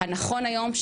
הנכון היום,